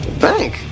Bank